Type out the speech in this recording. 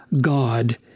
God